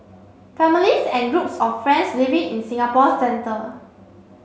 families and groups of friends living in Singapore's centre